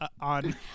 on